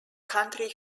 country